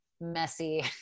messy